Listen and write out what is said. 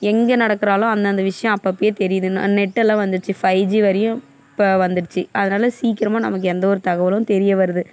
எங்கே நடக்கறாளோ அந்தந்த விஷயம் அப்பப்பயே தெரியுது நெட்டெல்லாம் வந்துச்சு ஃபைவ் ஜி வரையும் இப்போ வந்துடுச்சு அதனால் சீக்கிரமாக நமக்கு எந்த ஒரு தகவலும் தெரிய வருது